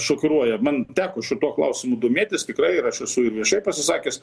šokiruoja man teko šituo klausimu domėtis tikrai ir aš esu ir viešai pasisakęs